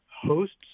hosts